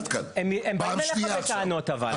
לא, הם באים אליך בטענות אבל.